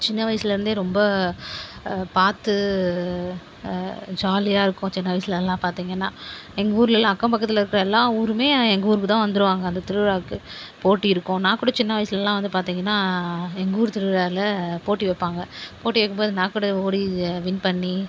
சின்ன வயசுலேந்தே ரொம்ப பார்த்து ஜாலியாகருக்கும் சின்ன வயசுலலா பார்த்தீங்கனா எங்கள் ஊர்லலா அக்கம் பக்கத்தில் இருக்கிற எல்லா ஊருமே எங்கள் ஊர்க்கு தான் வந்துருவாங்க அந்த திருவிழாக்கு போட்டி இருக்கும் நான் கூட சின்ன வயசுலலா வந்து பார்த்தீங்கனா எங்கள் ஊர் திருவிழாவில் போட்டி வைப்பாங்க போட்டி வைக்கும் போது நான் கூட ஓடி வின் பண்ணி